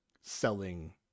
selling